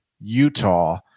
Utah